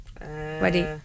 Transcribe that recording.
Ready